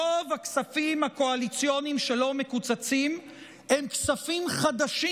רוב הכספים הקואליציוניים שלא מקוצצים הם כספים חדשים.